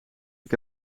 heb